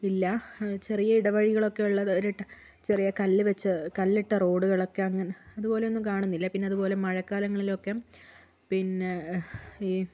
ഇല്ല ചെറിയ ഇടവഴികളൊക്കെ ഉള്ളത് ഒരു ചെറിയ കല്ല് വെച്ച് കല്ലിട്ട റോഡുകളൊക്കെ അങ്ങനെ അതുപോലൊന്നും കാണുന്നില്ല പിന്നെയതുപോലെ മഴക്കാലങ്ങളിലൊക്കെ പിന്നെ ഈ